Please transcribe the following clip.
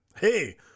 Hey